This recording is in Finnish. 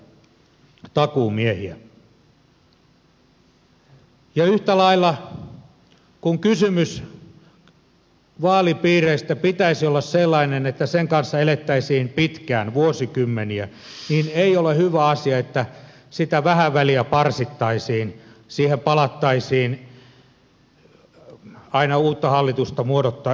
yhtä lailla kun kysymyksen vaalipiireistä pitäisi olla sellainen että sen kanssa elettäisiin pitkään vuosikymmeniä ei ole hyvä asia että sitä vähän väliä parsittaisiin siihen palattaisiin aina uutta hallitusta muodostettaessa hallitusneuvotteluissa